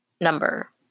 number